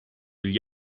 gli